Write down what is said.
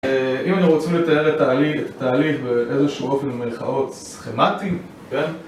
אם אני רוצה לתאר תהליך באיזשהו אופן במרכאות "סכמטי", כן?